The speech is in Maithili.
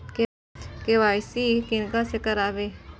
के.वाई.सी किनका से कराबी?